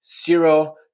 zero